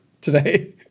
today